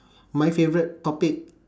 my favourite topic